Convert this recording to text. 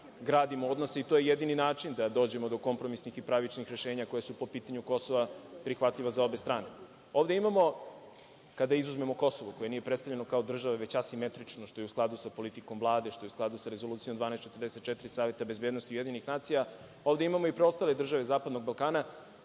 gradimo odnose, i to je jedini način da dođemo do kompromisnih i pravičnih rešenja koja su po pitanju Kosova prihvatljiva za obe strane. Ovde imamo, kada izuzmemo Kosovo, koje nije predstavljeno kao država, već asimetrično, što je u skladu sa politikom Vlade, što je u skladu sa Rezolucijom 1244 Saveta bezbednosti UN, i preostale države zapadnog Balkana.